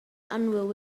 annwyl